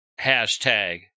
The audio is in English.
hashtag